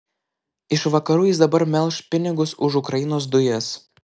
iš vakarų jis dabar melš pinigus už ukrainos dujas